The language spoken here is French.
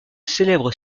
célèbre